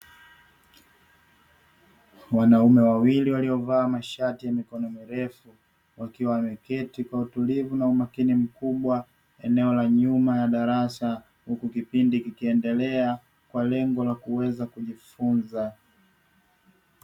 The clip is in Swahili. Wanaume wawili waliovaa mashati ya mikono mirefu wakiwa wameketi kwa utulivu na umakini mkubwa eneo la nyuma ya darasa huku kipindi kikiendelea kwa lengo la kuweza kujifunza